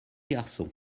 garçons